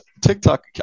TikTok